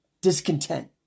Discontent